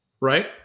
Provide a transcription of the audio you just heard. right